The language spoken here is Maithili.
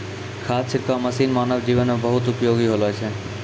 खाद छिड़काव मसीन मानव जीवन म बहुत उपयोगी होलो छै